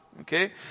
okay